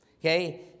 Okay